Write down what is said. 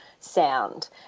Sound